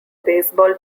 baseball